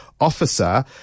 officer